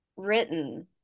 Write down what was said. Written